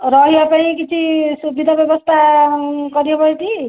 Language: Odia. ରହିବା ପାଇଁ କିଛି ସୁବିଧା ବ୍ୟବସ୍ଥା କରିହେବ ହେଠି